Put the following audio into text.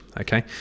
okay